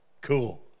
cool